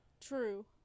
True